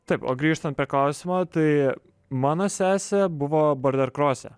taip o grįžtant prie klausimo tai mano sesė buvo barderkrose